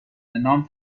نام